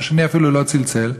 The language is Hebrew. השני אפילו לא צלצל,